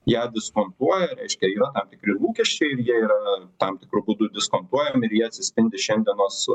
ja dispontuoja reiškia yra tikri lūkesčiai ir jie yra tam tikru būdu diskontuojami ir jie atsispindi šiandienos